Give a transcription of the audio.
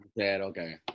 okay